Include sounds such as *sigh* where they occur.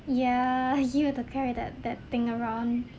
ya *laughs* you have to carry that that thing around